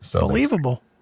believable